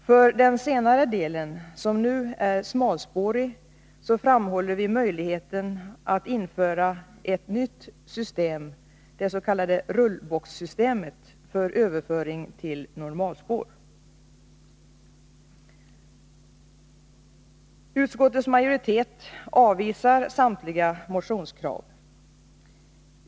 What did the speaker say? För den senare delen, som nu är smalspårig, framhåller vi möjligheten att införa ett nytt system, det s.k. rullbockssystemet, för överföring till normalspår. Majoriteten i utskottet avvisar samtliga motionskrav.